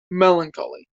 melancholy